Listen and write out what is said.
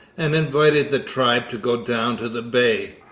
and invited the tribe to go down to the bay.